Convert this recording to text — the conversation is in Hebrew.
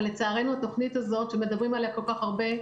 אבל לצערנו התוכנית הזו שמדברים עליה כל כך הרבה,